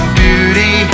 beauty